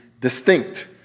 distinct